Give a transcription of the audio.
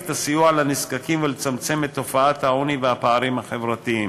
את הסיוע לנזקקים ולצמצם את תופעת העוני והפערים החברתיים.